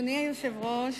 אדוני היושב-ראש,